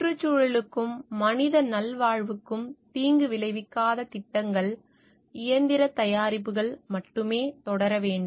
சுற்றுச்சூழலுக்கும் மனித நல்வாழ்வுக்கும் தீங்கு விளைவிக்காத திட்டங்கள் இயந்திர தயாரிப்புகள் மட்டுமே தொடர வேண்டும்